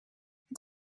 het